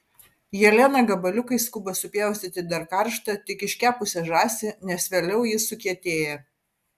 jelena gabaliukais skuba supjaustyti dar karštą tik iškepusią žąsį nes vėliau ji sukietėja